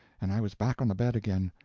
and i was back on the bed again,